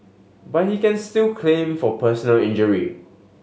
but he can still claim for personal injury